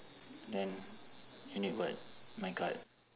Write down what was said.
then you need what my card